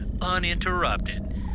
uninterrupted